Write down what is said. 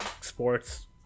sports